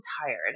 tired